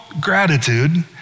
gratitude